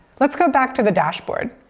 let's go back to the dashboard.